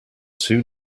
two